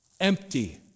empty